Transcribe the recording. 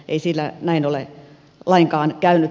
ei siellä näin ole lainkaan käynyt